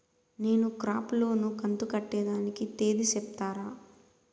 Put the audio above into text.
నేను crop loan కంతు కట్టేదానికి తేది సెప్తారా?